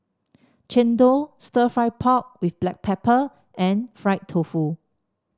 chendol stir fry pork with Black Pepper and Fried Tofu